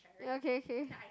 okay okay